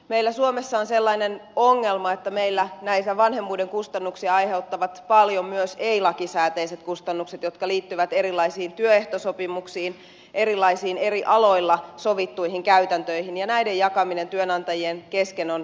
meillä suomessa on sellainen ongelma että meillä näitä vanhemmuuden kustannuksia aiheuttavat paljon myös ei lakisääteiset kustannukset jotka liittyvät erilaisiin työehtosopimuksiin erilaisiin eri aloilla sovittuihin käytäntöihin ja näiden jakaminen työnantajien kesken on hyvin vaikeaa